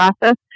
process